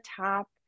top